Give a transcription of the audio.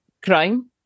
crime